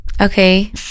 Okay